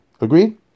Agreed